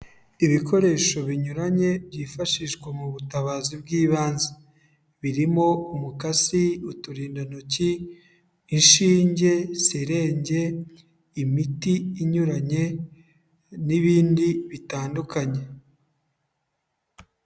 Ibikoresho binyuranye byifashishwa mu butabazi bw'ibanze birimo: umukasi, uturindantoki, inshinge, serenge, imiti inyuranye n'ibindi bitandukanye.